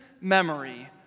memory